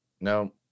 No